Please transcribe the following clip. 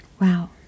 Wow